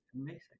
Amazing